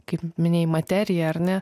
kaip minėjai materija ar ne